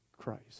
Christ